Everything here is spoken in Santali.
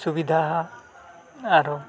ᱥᱩᱵᱤᱫᱷᱟᱼᱟ ᱟᱨ